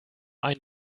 ein